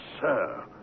sir